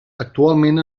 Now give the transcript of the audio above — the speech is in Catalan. actualment